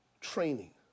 Training